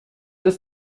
ist